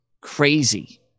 crazy